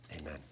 Amen